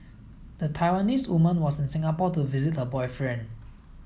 the Taiwanese woman was in Singapore to visit her boyfriend